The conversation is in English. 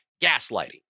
gaslighting